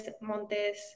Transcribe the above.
Montes